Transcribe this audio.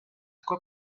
quoi